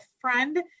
friend